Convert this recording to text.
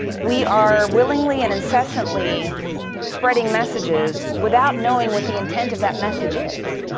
we are willingly and incessantly spreading messages without knowing what the intent of that message is.